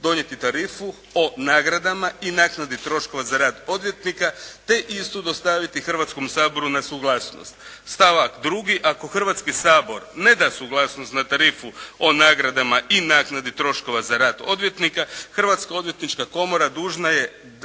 donijeti tarifu o nagradama i naknadi troškova za rad odvjetnika, te istu dostaviti Hrvatskom saboru na suglasnost.“ Stavak drugi. “Ako Hrvatski sabor ne da suglasnost na tarifu o nagradama i naknadi troškova za rad odvjetnika Hrvatska obrtnička komora dužna je